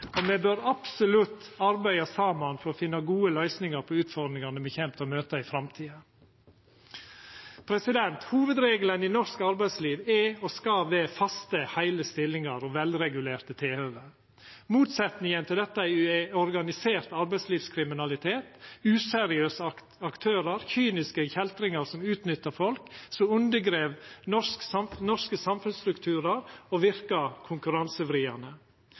og me bør absolutt arbeida saman for å finna gode løysingar på utfordringane me kjem til å møta i framtida. Hovudregelen i norsk arbeidsliv er og skal vera faste heile stillingar og velregulerte tilhøve. Motsetninga til dette er organisert arbeidslivskriminaliet, useriøse aktørar, kyniske kjeltringar som utnyttar folk, som undergrev norske samfunnsstrukturar og